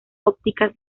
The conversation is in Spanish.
ópticas